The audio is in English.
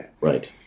Right